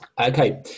Okay